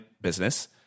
business